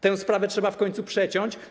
Tę sprawę trzeba w końcu przeciąć.